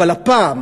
אבל הפעם